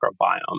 microbiome